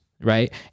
right